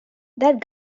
that